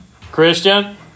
Christian